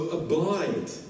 abide